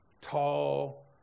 Tall